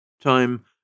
Time